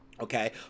okay